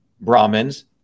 Brahmins